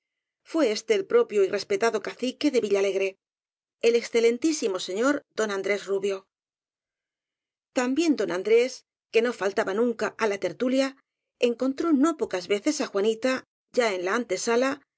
fué éste el propio y respetado cacique de villalegre el excelentísimo señor don andrés rubio también don andrés que no faltaba nunca á la tertulia encontró no pocas veces á juanita ya en la antesala